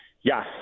Yes